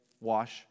wash